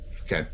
Okay